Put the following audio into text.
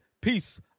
Peace